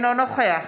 אינו נוכח